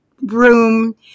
room